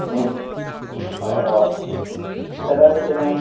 অঁ অঁ চেলাৰী কেনে